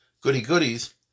goody-goodies